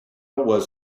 was